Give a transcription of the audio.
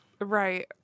Right